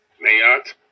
mayat